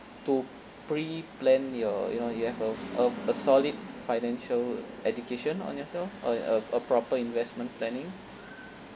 to pre plan your you know you have of of a solid financial education on yourself or a a proper investment planning